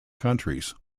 countries